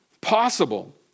possible